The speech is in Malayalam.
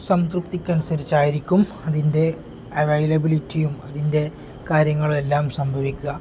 സംതൃപ്തിക്ക് അനുസരിച്ചായിരിക്കും അതിൻ്റെ അവൈലബിലിറ്റിയും അതിൻ്റെ കാര്യങ്ങളുമെല്ലാം സംഭവിക്കുക